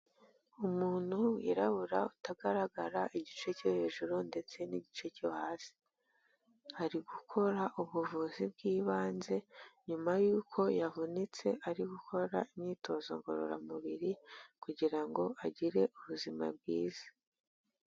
Umuntu wirabura utagaragara igice cyo hejuru ndetse n'igice cyo hasi. Ari gukora ubuvuzi bw'ibanze, nyuma y'uko yavunitse ari gukora imyitozo ngororamubiri, kugira ngo ngo agire ubuzima bwiza.